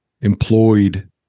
employed